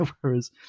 whereas